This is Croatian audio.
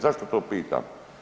Zašto to pitam?